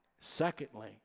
secondly